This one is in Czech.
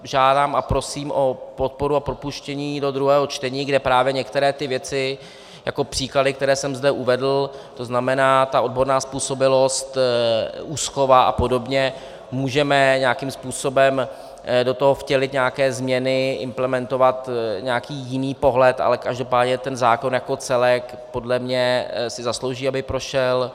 Žádám a prosím o podporu a propuštění do druhého čtení, kde právě některé ty věci, jako příklady, které jsem zde uvedl, to znamená odborná způsobilost, úschova a podobně, můžeme nějakým způsobem do toho vtělit nějaké změny, implementovat jiný pohled, ale každopádně ten zákon jako celek podle mě si zaslouží, aby prošel.